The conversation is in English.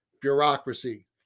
bureaucracy